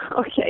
Okay